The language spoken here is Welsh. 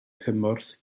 cymorth